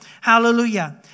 Hallelujah